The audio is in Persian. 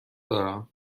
دارم